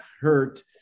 hurt